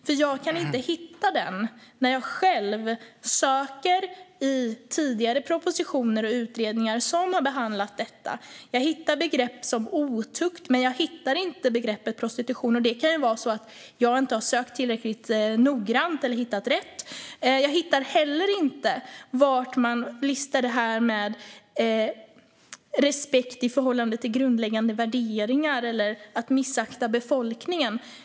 Jag kan nämligen inte hitta den när jag själv söker i tidigare propositioner och utredningar som har behandlat detta. Jag hittar begrepp som otukt, men jag hittar inte begreppet prostitution. Det kan förstås vara så att jag inte har sökt tillräckligt noggrant eller hittat rätt. Jag hittar heller inte var man listar detta med respekt i förhållande till grundläggande värderingar eller att missakta befolkningen.